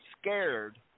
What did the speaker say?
scared